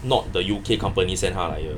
not the U_K company send 他来的